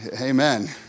Amen